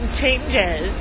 changes